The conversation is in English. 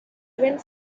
event